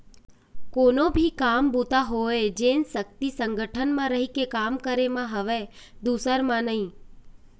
कोनो भी काम बूता होवय जेन सक्ति संगठन म रहिके काम करे म हवय दूसर म नइ